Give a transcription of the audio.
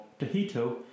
Tahito